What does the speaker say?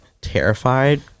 terrified-